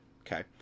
okay